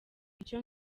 icyo